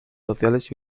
sociales